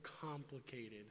complicated